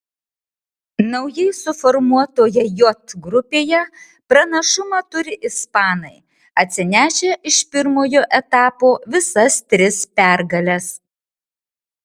naujai suformuotoje j grupėje pranašumą turi ispanai atsinešę iš pirmojo etapo visas tris pergales